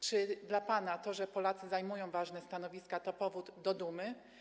Czy dla pana to, że Polacy zajmują ważne stanowiska, to powód do dumy?